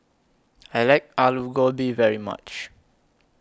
I like Alu Gobi very much